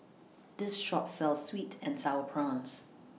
This Shop sells Sweet and Sour Prawns